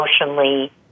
emotionally